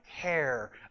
care